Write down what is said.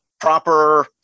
proper